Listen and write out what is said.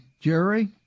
Jerry